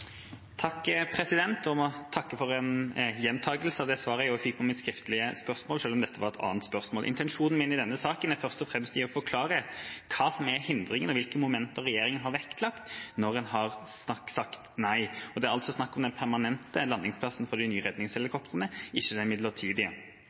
for en gjentakelse av det svaret jeg også fikk på mitt skriftlige spørsmål, selv om dette var et annet spørsmål. Intensjonen min i denne saken er først og fremst å få klarhet i hva som er hindringene og hvilke momenter regjeringen har vektlagt når en har sagt nei. Og det er altså snakk om den permanente landingsplassen for de nye